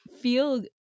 feel